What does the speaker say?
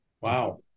Wow